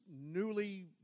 newly